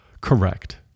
correct